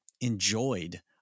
enjoyed